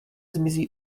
zmizí